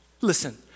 listen